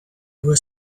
were